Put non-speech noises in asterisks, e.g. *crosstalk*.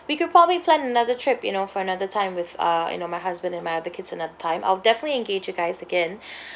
we could probably plan another trip you know for another time with uh you know my husband and my the kids in another time I'll definitely engage you guys again *breath*